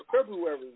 February